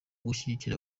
gushyigikira